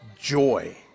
joy